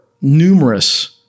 numerous